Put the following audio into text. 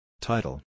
Title